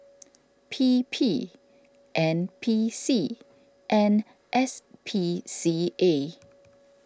P P N P C and S P C A